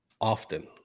often